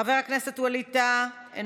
חבר הכנסת ווליד טאהא,